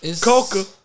Coca